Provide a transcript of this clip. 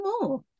more